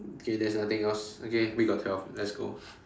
okay there's nothing else okay we got twelve let's go